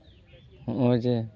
ᱦᱚᱜᱼᱚᱭ ᱡᱮ